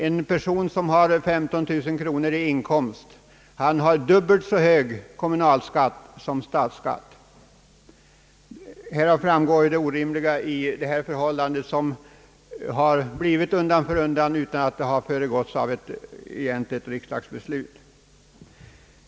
En person som har 15 000 kronor i årsinkomst har dubbelt så hög kommunalskatt som statsskatt. Detta belyser ju det orimliga i de förhållanden som har uppstått undan för undan utan att det fattats något egentligt riksdagsbeslut om förändringen.